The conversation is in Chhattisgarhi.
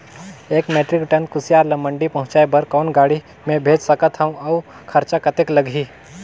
एक मीट्रिक टन कुसियार ल मंडी पहुंचाय बर कौन गाड़ी मे भेज सकत हव अउ खरचा कतेक लगही?